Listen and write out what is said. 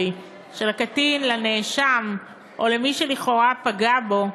של הקטין לנאשם או למי שלכאורה פגע בו,